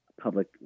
public